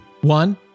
One